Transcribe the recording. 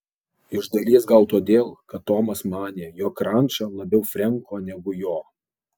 iš dalies gal todėl kad tomas manė jog ranča labiau frenko negu jo